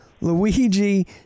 Luigi